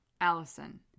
Allison